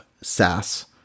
Sass